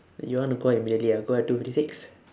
you want to go out immediately ah go out at two fifty six